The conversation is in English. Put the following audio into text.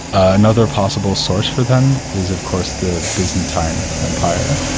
another possible source for them is of course the byzantine empire,